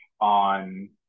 on